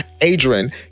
Adrian